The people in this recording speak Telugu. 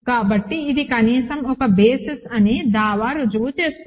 కాబట్టి ఇది కనీసం ఒక బేసిస్ అని దావా రుజువు చేస్తుంది